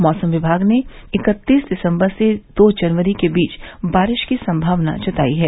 मौसम विभाग ने इकत्तीस दिसंबर से दो जनवरी के बीच बारिश की संभावना जतायी है